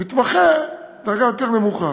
ומתמחה, דרגה יותר נמוכה.